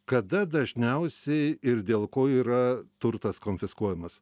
kada dažniausiai ir dėl ko yra turtas konfiskuojamas